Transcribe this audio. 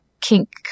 kink